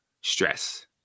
stress